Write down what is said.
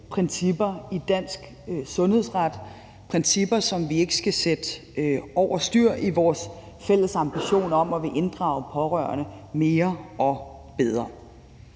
principper i dansk sundhedsret; principper, som vi ikke skal sætte over styr i vores fælles ambition om at ville inddrage pårørende mere og bedre.